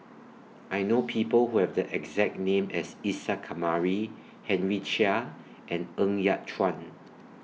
I know People Who Have The exact name as Isa Kamari Henry Chia and Ng Yat Chuan